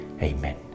Amen